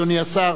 אדוני השר,